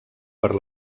per